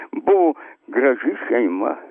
buvo graži šeima